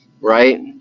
right